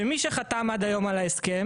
שמי שחתם עד היום על ההסכם,